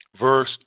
verse